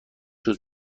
روز